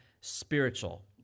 spiritual